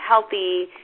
healthy